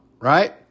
right